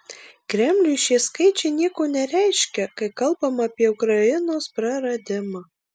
kremliui šie skaičiai nieko nereiškia kai kalbama apie ukrainos praradimą